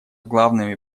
главными